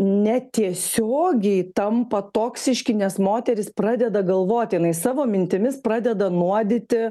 ne tiesiogiai tampa toksiški nes moterys pradeda galvoti jinai savo mintimis pradeda nuodyti